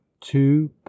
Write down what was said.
two